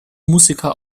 musiker